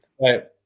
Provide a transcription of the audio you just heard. right